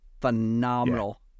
Phenomenal